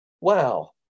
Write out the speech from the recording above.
Wow